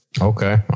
Okay